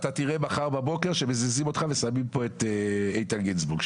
אתה תראה מחר בבוקר שמזיזים אותך ושמים פה את איתן גינזבורג.